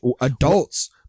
adults